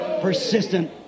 Persistent